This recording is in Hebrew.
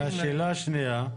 השנייה,